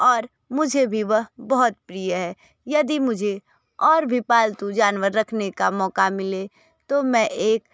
और मुझे भी वह बहुत प्रिय है यदि मुझे और भी पालतू जानवर रखने का मौका मिले तो मैं एक